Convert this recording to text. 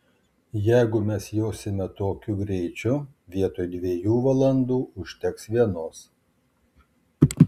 jeigu mes josime tokiu greičiu vietoj dviejų valandų užteks vienos